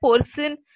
person